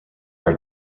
are